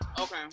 Okay